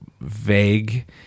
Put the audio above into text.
vague